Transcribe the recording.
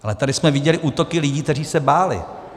Ale tady jsme viděli útoky lidí, kteří se báli.